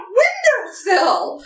windowsill